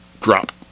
drop